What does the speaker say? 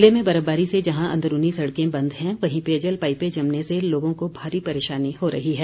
ज़िले में बर्फबारी से जहां अंदरूनी सड़कें बंद हैं वहीं पेयजल पाइपें जमने से लोगों को भारी परेशानी हो रही है